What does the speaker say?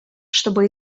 чтобы